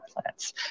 plants